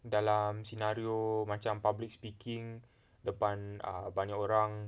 dalam scenario macam public speaking depan err banyak orang